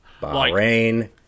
Bahrain